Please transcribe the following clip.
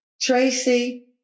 Tracy